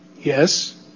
Yes